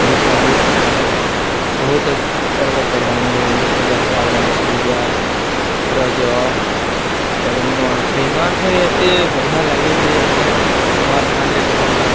ଓଡିଶାରେ ବହୁତ ପର୍ବ ପର୍ବାଣୀ ହୁଏ ରଥଯାତ୍ରା ଗଣେଶପୂଜା ରଜ ଏବଂ ନୂଆଖାଇ ନୂଆଖାଇ ଏତେ ବଢିଆ ଲାଗେ ଯେ ଆମେ ନୂଆ ଧାନରେ ଖାଉ